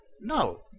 no